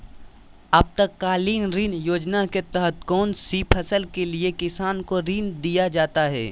आपातकालीन ऋण योजना के तहत कौन सी फसल के लिए किसान को ऋण दीया जाता है?